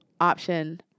option